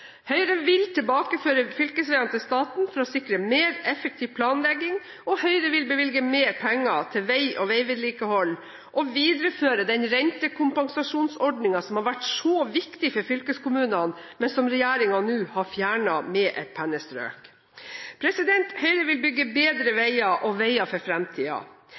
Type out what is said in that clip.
Høyre vil tilbakeføre fylkesveiene til staten for å sikre mer effektiv planlegging, og Høyre vil bevilge mer penger til vei og veivedlikehold og videreføre den rentekompensasjonsordningen som har vært så viktig for fylkeskommunene, men som regjeringen nå har fjernet med et pennestrøk. Høyre vil bygge bedre veier og veier for